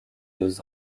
deux